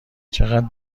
چقد